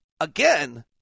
again